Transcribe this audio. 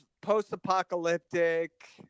post-apocalyptic